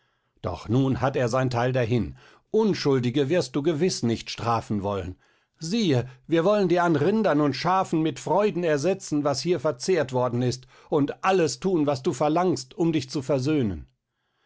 doch nun hat er sein teil dahin unschuldige wirst du gewiß nicht strafen wollen siehe wir wollen dir an rindern und schafen mit freuden ersetzen was hier verzehrt worden ist und alles thun was du verlangst um dich zu versöhnen